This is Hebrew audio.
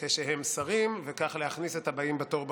כשהם שרים וככה להכניס את הבאים בתור ברשימה.